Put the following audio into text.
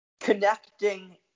Connecting